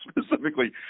specifically